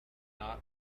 not